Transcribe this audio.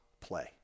play